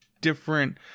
different